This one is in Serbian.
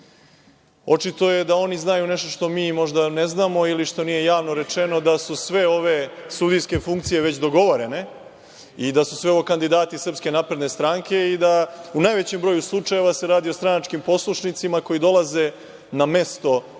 je da oni znaju nešto što mi možda ne znamo ili što nije javno rečeno, da su sve ove sudijske funkcije već dogovorene i da su sve ovo kandidati SNS i da u najvećem broju slučajeva se radi o stranačkim poslušnicima koji dolaze na mesto sudija